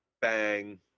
bang